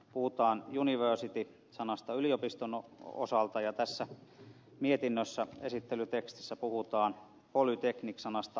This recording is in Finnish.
puhutaan university sanasta yliopiston osalta ja tässä mietinnössä esittelytekstissä puhutaan polytechnic sanasta ammattikorkeakoulujen osalta